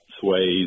sways